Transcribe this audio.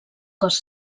cos